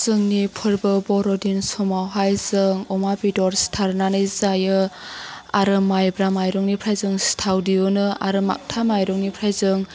जोंनि फोरबो बर'दिन समावहाय जों अमा बेदर सिथारनानै जायो आरो माइब्रा माइरंनिफ्राय जों सिथाव दिहुनो आरो माथा माइरंनिफ्राय जों